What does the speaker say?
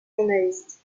journalistes